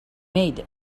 made